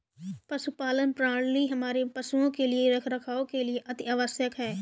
पशुपालन प्रणाली हमारे पशुओं के रखरखाव के लिए अति आवश्यक है